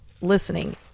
listening